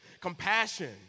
Compassion